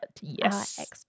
yes